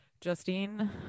Justine